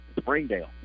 Springdale